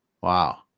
Wow